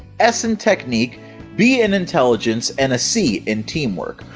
s in technique, b in intelligence, and a c in teamwork!